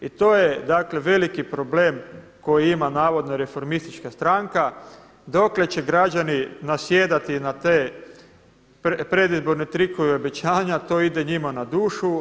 I to je veliki problem koje ima navodno reformistička stranka, dokle će građani nasjedati na te predizborne trikove, obećanja to ide njima na dušu.